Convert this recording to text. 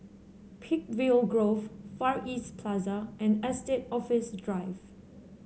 Peakville Grove Far East Plaza and Estate Office Drive